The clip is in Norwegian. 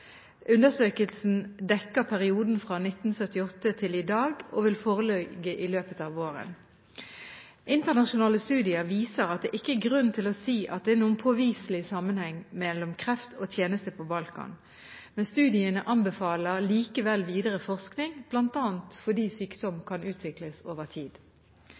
Undersøkelsen dekker perioden fra 1978 til i dag og vil foreligge i løpet av våren. Internasjonale studier viser at det ikke er grunn til å si at det er noen påviselig sammenheng mellom kreft og tjeneste på Balkan. Men studiene anbefaler likevel videre forskning, bl.a. fordi sykdom kan utvikles over tid.